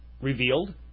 revealed